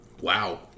Wow